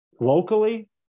locally